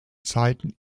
zeiten